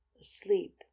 Asleep